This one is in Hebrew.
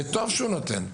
וטוב שהוא נותן,